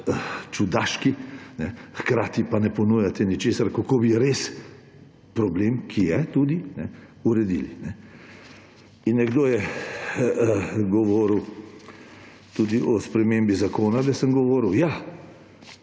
čudaški, hkrati pa ne ponujate ničesar, kako bi res problem, ki je tudi, uredili. Nekdo je govoril tudi o spremembi zakona, da sem govoril. Ja.